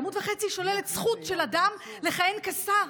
בעמוד וחצי היא שוללת זכות של אדם לכהן כשר,